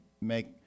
make